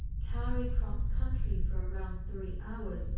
carried cross-country for around three hours,